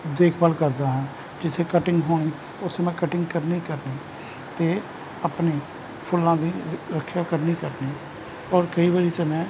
ਦੇਖਭਾਲ ਕਰਦਾ ਹਾਂ ਜਿੱਥੇ ਕਟਿੰਗ ਹੋਣੀ ਉੱਥੇ ਮੈਂ ਕਟਿੰਗ ਕਰਨੀ ਹੀ ਕਰਨੀ ਅਤੇ ਆਪਣੇ ਫੁੱਲਾਂ ਦੀ ਰਖਿਆ ਕਰਨੀ ਕਰਨੀ ਔਰ ਕਈ ਵਾਰ ਤਾਂ ਮੈਂ